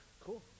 cool